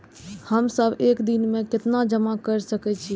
हम सब एक दिन में केतना जमा कर सके छी?